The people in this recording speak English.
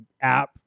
app